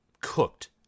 cooked